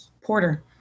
Porter